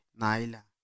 naila